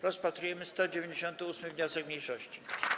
Rozpatrujemy 198. wniosek mniejszości.